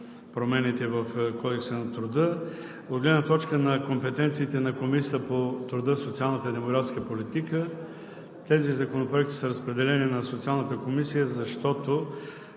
промените в Кодекса на труда. От гледна точка на компетенциите на Комисията по труда, социалната и демографската политика тези законопроекти са разпределени на Социалната комисия, защото